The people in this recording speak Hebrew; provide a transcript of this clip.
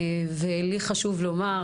ולי חשוב לומר,